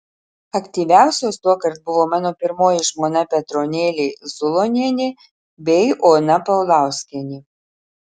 aktyviausios tuokart buvo mano pirmoji žmona petronėlė zulonienė bei ona paulauskienė